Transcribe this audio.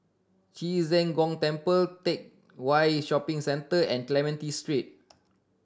Ci Zheng Gong Temple Teck Whye Shopping Centre and Clementi Street